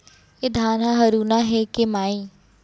ए धान ह हरूना हे के माई?